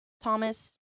Thomas